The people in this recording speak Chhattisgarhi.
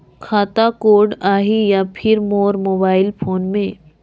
खाता कोड आही या फिर मोर मोबाइल फोन मे?